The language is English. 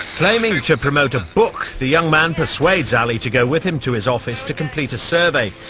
claiming to promote a book, the young man persuades ali to go with him to his office to complete a survey.